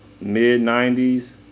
mid-90s